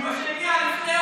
הגיע לפני,